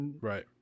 Right